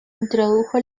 introdujo